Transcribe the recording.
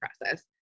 process